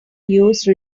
use